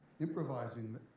improvising